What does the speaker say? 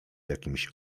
jakimś